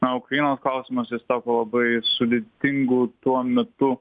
na ukrainos klausimas jis tapo labai sudėtingu tuo metu